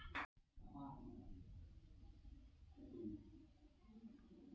कार्यशील पूंजी, ऋण, इक्विटी आ व्यापारिक पूंजी पूंजीक प्रकार छियै